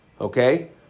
Okay